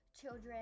children